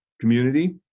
community